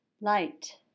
light